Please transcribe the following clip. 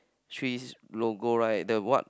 three logos right the what